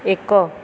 ଏକ